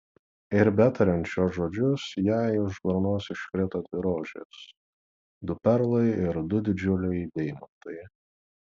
ir betariant šiuos žodžius jai iš burnos iškrito dvi rožės du perlai ir du didžiuliai deimantai